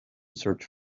search